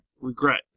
Regret